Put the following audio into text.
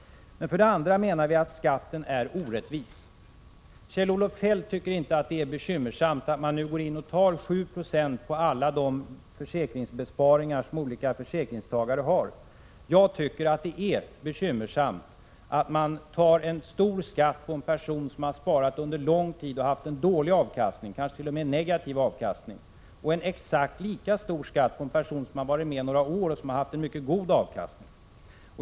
För det första menar vi att skatten är orättvis. Kjell-Olof Feldt tycker inte det är bekymmersamt att man tar 7 96 på alla de försäkringsbesparingar som olika försäkringstagare har. Jag tycker det är bekymmersamt att man lägger en stor skatt på en person som har sparat under lång tid och haft dålig, kanske t.o.m. negativ, avkastning och lägger exakt lika stor skatt på en person som 175 varit med bara några år och haft mycket god avkastning.